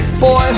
boy